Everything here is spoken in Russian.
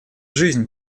жизнь